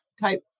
type